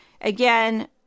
Again